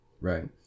Right